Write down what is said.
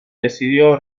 decidió